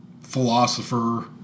philosopher